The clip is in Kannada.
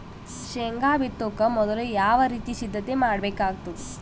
ಶೇಂಗಾ ಬಿತ್ತೊಕ ಮೊದಲು ಯಾವ ರೀತಿ ಸಿದ್ಧತೆ ಮಾಡ್ಬೇಕಾಗತದ?